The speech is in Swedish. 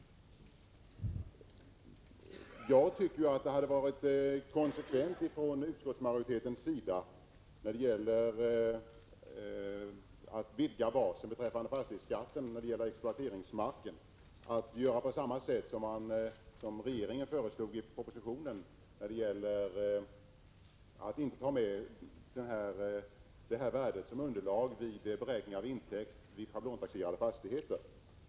Jag tycker att det i frågan om att vidga basen för fastighetsskatten beträffande exploateringsmark hade varit konsekvent av utskottet att tillstyrka regeringens förslag om att inte ta med värdet av sådan mark vid beräkningen av intäkt av schablontaxerade fastigheter.